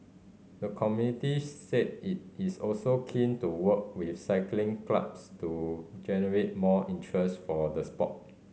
the committee said it is also keen to work with cycling clubs to generate more interest for the sport